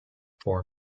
for